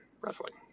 wrestling